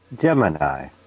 Gemini